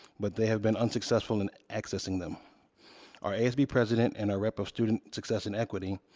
but they have been unsuccessful in accessing them our asb president and our rep of student success and equity,